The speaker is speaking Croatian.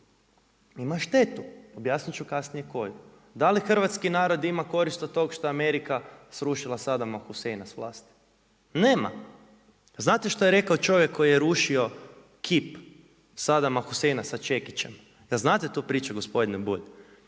ima štetu, objasnit ću kasnije koju. Da li hrvatski narod ima korist od toga što Amerika srušila Saddama Husseina s vlasti? Nema. Znate što je rekao čovjek koji je rušio kip Saddama Husseina sa čekićem, jel znate tu priču gospodine Bulj?